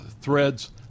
threads